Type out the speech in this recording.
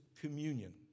communion